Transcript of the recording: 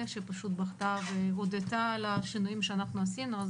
שפשוט בכתה והודתה על השינויים שאנחנו עשינו?